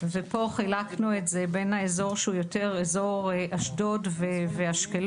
ופה חילקנו את בין האזור שהוא יותר אזור אשדוד ואשקלון,